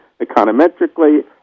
econometrically